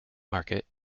market